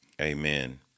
Amen